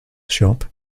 shop